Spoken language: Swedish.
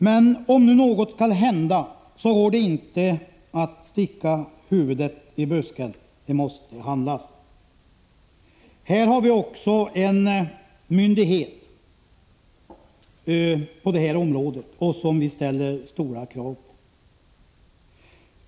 Men om nu något skall hända, går det inte att sticka huvudet i busken — det måste handlas. Vi har även en myndighet på detta område, som vi ställer stora krav på.